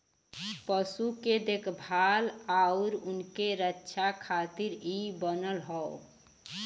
पशु के देखभाल आउर उनके रक्षा खातिर इ बनल हौ